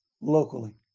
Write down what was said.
locally